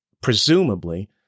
presumably